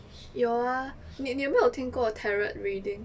有啊你你有没有听过 tarot reading